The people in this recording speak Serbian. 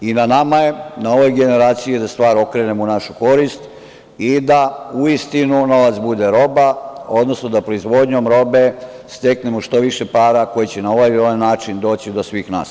Na nama je, na ovoj generaciji, da stvar okrenemo u našu korist i da uistinu novac bude roba, odnosno da proizvodnjom robe steknemo što više para koje će na ovaj ili onaj način doći do svih nas.